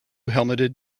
helmeted